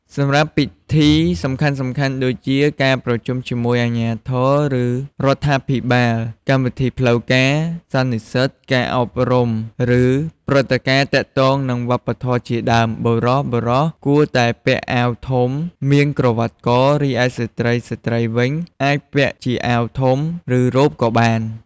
សម្រាប់ពិធីសំខាន់ៗដូចជា ការប្រជុំជាមួយអាជ្ញាធរ ឬ រដ្ឋាភិបាល កម្មវិធីផ្លូវការ សន្និសិតការអប់រំ ឬ ព្រឹត្តិការណ៍ទាក់ទងនឹងវប្បធម៌ជាដើម បុរសៗគួរតែពាក់អាវធំ មានក្រវាត់ក រីឯស្ត្រីៗវិញ អាចពាក់ជាអាវធំ ឬ រ៉ូបក៏បាន។